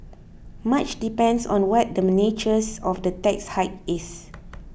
much depends on what the nature of the tax hike is